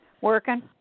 working